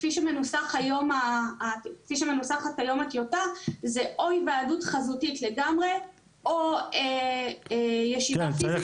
כפי שמנוסחת היום הטיוטה זה או היוועדות חזותית לגמרי או ישיבה פיזית.